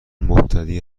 مبتدی